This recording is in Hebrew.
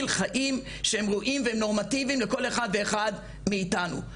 חיים שהם ראויים והם נורמטיביים לכל אחד ואחד מאיתנו,